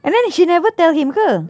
and then she never tell him ke